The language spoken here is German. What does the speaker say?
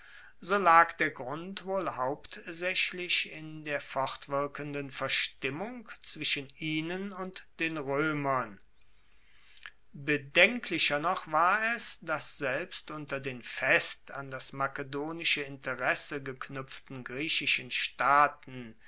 so lag der grund wohl hauptsaechlich in der fortwirkenden verstimmung zwischen ihnen und den roemern bedenklicher noch war es dass selbst unter den fest an das makedonische interesse geknuepften griechischen staaten